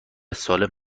سالم